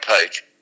page